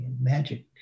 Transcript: magic